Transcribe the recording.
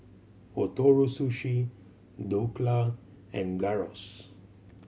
Ootoro Sushi Dhokla and Gyros